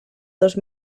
dos